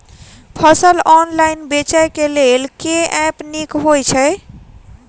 फसल ऑनलाइन बेचै केँ लेल केँ ऐप नीक होइ छै?